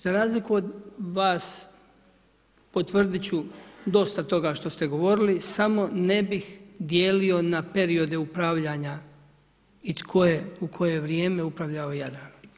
Za razliku od vas potvrdit ću dosta toga što ste govorili, samo ne bih dijelio na periode upravljanja i tko je u koje vrijeme upravljao Jadranom.